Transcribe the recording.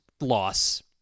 loss